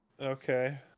Okay